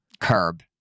curb